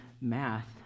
math